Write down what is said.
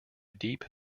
deep